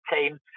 team